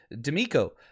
D'Amico